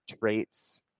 traits